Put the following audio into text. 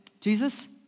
Jesus